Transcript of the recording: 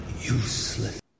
Useless